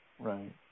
Right